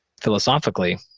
philosophically